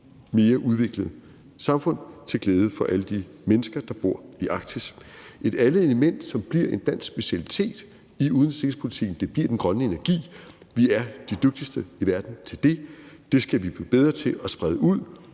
mere udviklet samfund til glæde for alle de mennesker, der bor i Arktis. Et andet element, som bliver en dansk specialitet i udenrigs- og sikkerhedspolitikken, bliver den grønne energi. Vi er de dygtigste i verden til det, og det skal vi blive bedre til at sprede ud